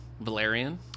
Valerian